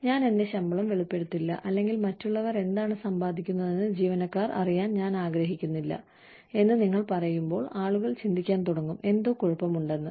ഞാൻ എന്റെ ശമ്പളം വെളിപ്പെടുത്തില്ല അല്ലെങ്കിൽ മറ്റുള്ളവർ എന്താണ് സമ്പാദിക്കുന്നതെന്ന് ജീവനക്കാർ അറിയാൻ ഞാൻ ആഗ്രഹിക്കുന്നില്ല എന്ന് നിങ്ങൾ പറയുമ്പോൾ ആളുകൾ ചിന്തിക്കാൻ തുടങ്ങും എന്തോ കുഴപ്പമുണ്ടെന്ന്